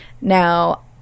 now